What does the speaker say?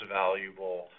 valuable